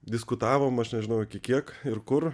diskutavom aš nežinau iki kiek ir kur